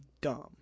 dumb